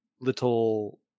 little